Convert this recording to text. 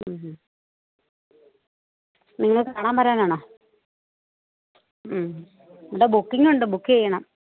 ഉം ഉം നിങ്ങൾ കാണാന് വരാനാണോ ഉം ഇവിടെ ബുക്കിങ്ങ് ഉണ്ട് ബുക്ക് ചെയ്യണം